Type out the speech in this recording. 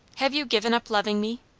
have you given up loving me?